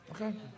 Okay